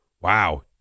Wow